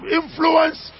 influence